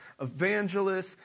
evangelists